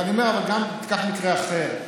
אני אומר, אבל גם תיקח מקרה אחר,